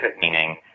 meaning